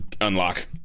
unlock